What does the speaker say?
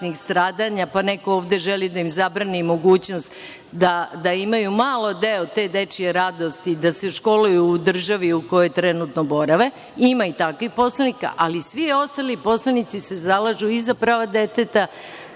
pa neko ovde želi da im zabrani mogućnost da imaju malo deo te dečije radosti i da se školuju u državi u kojoj trenutno borave, ima i takvih poslanika, ali svi ostali poslanici se zalažu i za prava deteta